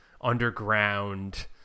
underground